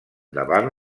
davant